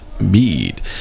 mead